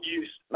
use